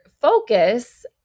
focus